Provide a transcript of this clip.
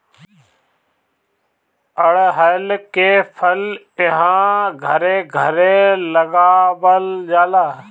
अढ़उल के फूल इहां घरे घरे लगावल जाला